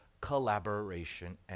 Collaboration